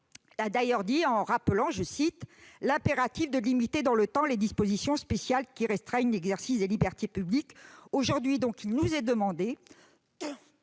a d'ailleurs rappelé « l'impératif de limiter dans le temps les dispositions spéciales qui restreignent l'exercice des libertés publiques ».